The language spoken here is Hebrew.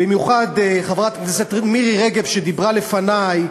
במיוחד חברת הכנסת מירי רגב שדיברה לפני,